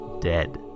dead